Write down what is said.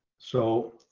so,